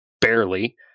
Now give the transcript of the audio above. Barely